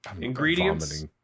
Ingredients